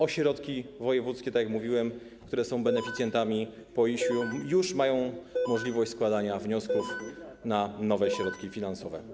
Ośrodki wojewódzkie, tak jak mówiłem, które są beneficjentami PO IiŚ, już mają możliwość składania wniosków na nowe środki finansowe.